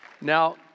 Now